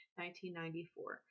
1994